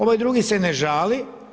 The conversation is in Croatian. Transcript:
Ovaj drugi se ne žali.